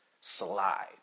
slide